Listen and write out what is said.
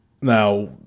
Now